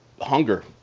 Hunger